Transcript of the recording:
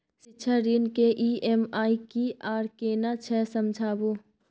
शिक्षा ऋण के ई.एम.आई की आर केना छै समझाबू?